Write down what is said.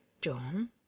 John